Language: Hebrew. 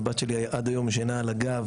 הבת שלי עד היום ישנה על הגב,